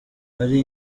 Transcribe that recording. ari